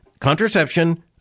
contraception